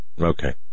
Okay